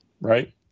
right